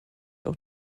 auch